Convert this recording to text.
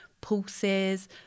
pulses